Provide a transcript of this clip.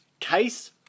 Case